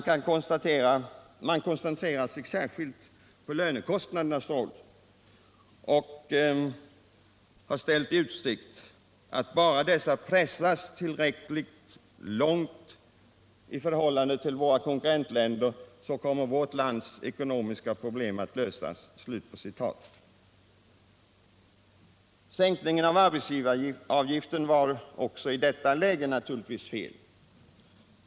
Man har koncentrerat sig särskilt på lönekostnadernas roll och ställt i utsikt att bara dessa pressas ner tillräckligt långt i förhållande till våra konkurrentländer så kommer vårt lands ekonomiska problem att lösas.” Sänkningen av arbetsgivaravgiften var i detta läge naturligtvis också fel.